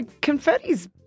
confetti's